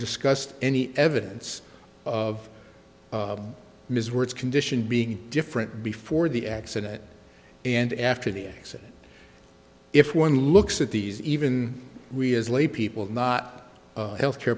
discussed any evidence of his words condition being different before the accident and after the accident if one looks at these even we as laypeople not healthcare